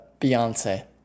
Beyonce